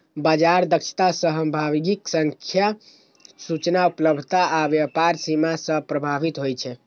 बाजार दक्षता सहभागीक संख्या, सूचना उपलब्धता आ व्यापारक सीमा सं प्रभावित होइ छै